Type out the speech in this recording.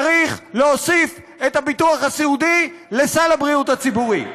צריך להוסיף את הביטוח הסיעודי לסל הבריאות הציבורי.